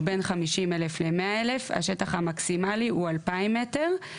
בין 50,000-100,000 השטח המקסימלי הוא 2,000 מטר,